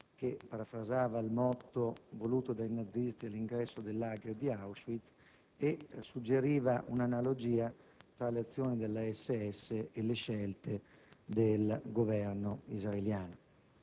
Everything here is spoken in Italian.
che parafrasava il motto voluto dai nazisti all'ingresso del *lager* di Auschwitz e suggeriva un'analogia tra le azioni delle SS e le scelte del Governo israeliano.